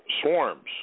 swarms